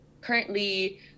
currently